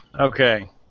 Okay